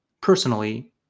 personally